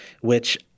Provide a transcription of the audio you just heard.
which-